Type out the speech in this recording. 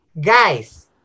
guys